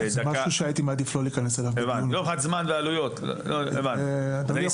אני אשמח שאחר כך נדע,